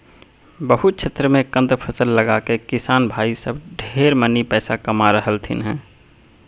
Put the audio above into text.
बहुत क्षेत्र मे कंद फसल लगाके किसान भाई सब ढेर मनी पैसा कमा रहलथिन हें